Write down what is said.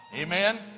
amen